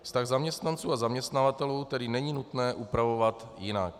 Vztah zaměstnanců a zaměstnavatelů tedy není nutné upravovat jinak.